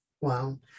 Wow